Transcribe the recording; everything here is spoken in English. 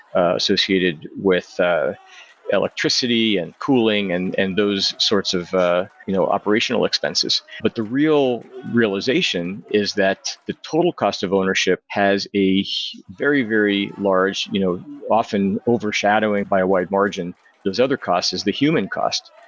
associated with ah electricity and cooling and and those sorts of ah you know operational expenses. but the real realization is that the total cost of ownership has a very, very large, you know often overshadowing by a wide margin those other costs is the human cost.